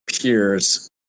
peers